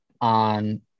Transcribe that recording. on